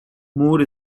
moore